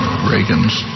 Reagan's